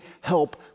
help